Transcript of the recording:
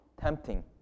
Tempting